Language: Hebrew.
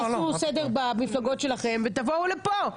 תעשו סדר במפלגות שלכם ותבואו לפה.